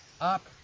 up